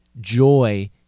joy